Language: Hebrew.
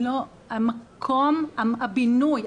הבינוי.